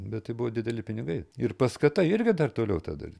bet tai buvo dideli pinigai ir paskata irgi dar toliau tada